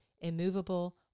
immovable